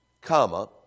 comma